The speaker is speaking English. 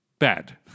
bad